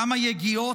כמה יגיעות,